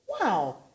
wow